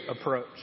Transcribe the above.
approach